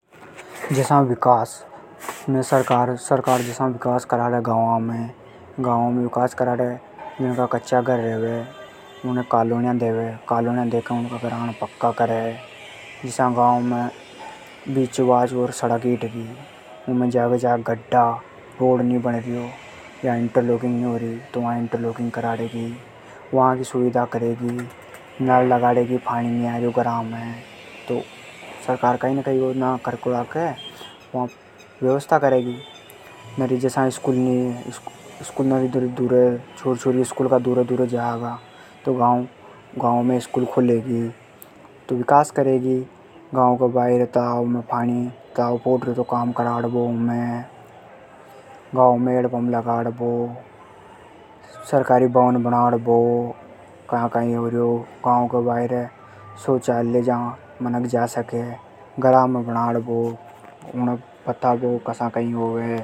जसा विकास, सरकार जसा विकास करावे गांव में। जिनका कच्चा घर रेवे उणे कालोनियां देवे। घरा ने पक्का करे। जसा गांव में बीच में होर सड़क हीटरी ऊ में गड्ढा होर्या। वा इंटर लॉकिंग नी होरी। तो वा इंटर लॉकिंग कराडेगी। वा की सुविधा करेगी। नल लगाडेगी। सरकार कोई न कोई व्यवस्था करेगी। जसा स्कूल नी है। दूर हे तो गांव में स्कूल खोलेगी तो विकास करेगी। गांव में हैंडपंप लगाड़बो, तालाब बनवाबो। सरकारी भवन बनवाबो। शौचालय बनवाबो। उणे बताबो कसा कई होवे।